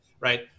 right